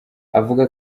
avuga